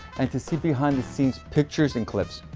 and to see behind the scenes pictures and clips.